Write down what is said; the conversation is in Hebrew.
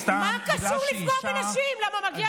סתם בגלל שהיא אישה?